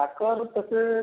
तसे